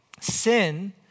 Sin